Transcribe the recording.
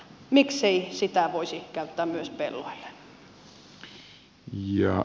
miksei sitä voisi käyttää myös pelloilla